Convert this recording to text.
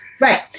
Right